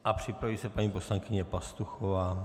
A připraví se paní poslankyně Pastuchová.